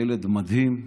ילד מדהים,